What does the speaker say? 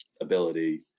Ability